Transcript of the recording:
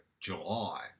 July